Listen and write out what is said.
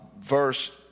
Verse